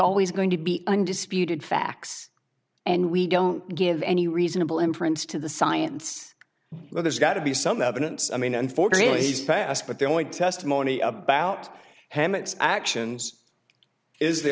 always going to be undisputed facts and we don't give any reasonable inference to the science so there's got to be some evidence i mean unfortunately he's fast but the only testimony about hammocks actions is the